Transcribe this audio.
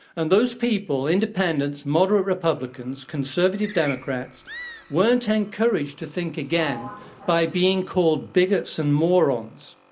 and those people, independents, moderate republicans, conservative democrats weren't' encouraged to think again by being called bigots and morons.